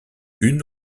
une